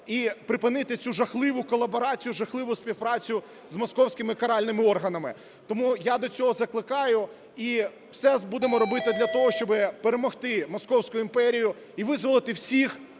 і припинити цю жахливу колаборацію, жахливу співпрацю з московськими каральними органами. Тому я до цього закликаю і все будемо робити для того, щоби перемогти Московську імперію і визволити всіх,